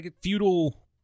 feudal